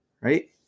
right